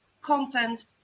content